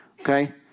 Okay